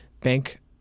bank